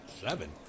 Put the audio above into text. Seven